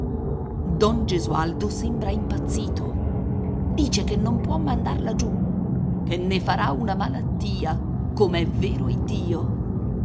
don gesualdo sembra impazzito dice che non può mandarla giù che ne farà una malattia com'è vero iddio